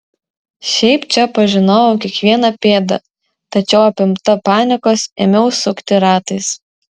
šiaip čia pažinojau kiekvieną pėdą tačiau apimta panikos ėmiau sukti ratais